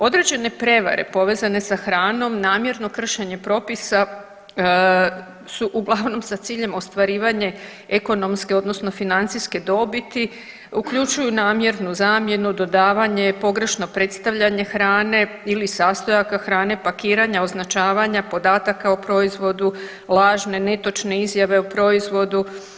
Određene prevare povezane sa hranom i namjerno kršenje propisa su uglavnom sa ciljem ostvarivanja ekonomske odnosno financijske dobiti, uključuju namjernu zamjenu, dodavanje, pogrešno predstavljanje hrane ili sastojaka hrane, pakiranja, označavanja podataka o proizvodu, lažne netočne izjave o proizvodu.